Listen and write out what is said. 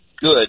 good